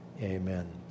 amen